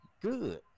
good